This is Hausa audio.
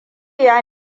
ya